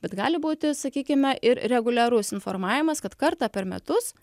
bet gali būti sakykime ir reguliarus informavimas kad kartą per metus